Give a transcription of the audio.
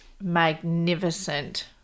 magnificent